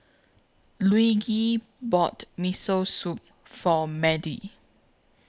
Luigi bought Miso Soup For Madie